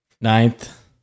ninth